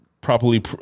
properly